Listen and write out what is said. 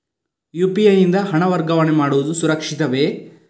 UPI ಯಿಂದ ಹಣ ವರ್ಗಾವಣೆ ಮಾಡುವುದು ಸುರಕ್ಷಿತವೇ?